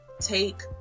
take